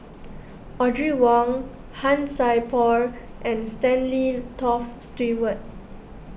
Audrey Wong Han Sai Por and Stanley Toft Stewart